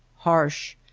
harsh,